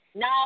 no